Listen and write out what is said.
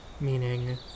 meaning